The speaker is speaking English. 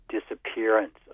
disappearance